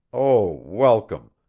oh, welcome!